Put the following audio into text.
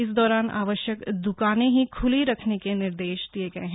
इस दौरान आवश्यक दुकाने ही खुले रखने के निर्देश दिए गए हैं